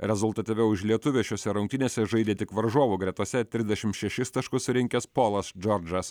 rezultatyviau už lietuvį šiose rungtynėse žaidė tik varžovų gretose trisdešim šešis taškus surinkęs polas džordžas